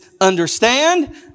understand